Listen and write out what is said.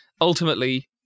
Ultimately